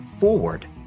forward